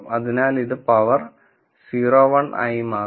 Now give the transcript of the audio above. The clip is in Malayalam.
അതിനാൽ ഇത് പവർ 0 1 ആയി മാറും